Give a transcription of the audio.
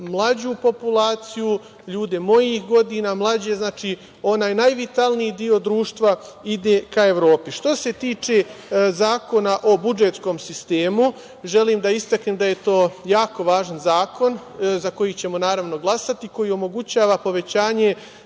mlađu populaciju, ljude mojih godina, mlađe. Znači onaj najvitalniji deo društva ide ka Evropi, Što se tiče Zakona o budžetskom sistemu, želim da istaknem da je to jako važan zakon, za koji ćemo naravno glasati, koji omogućava povećanje